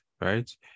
right